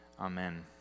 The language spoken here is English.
Amen